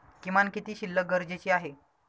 किमान किती शिल्लक गरजेची आहे?